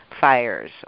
fires